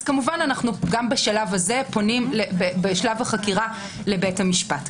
אז גם בשלב הזה אנו פונים בשלב החקירה לבית המשפט.